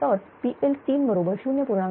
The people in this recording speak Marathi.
तर PL3 बरोबर 0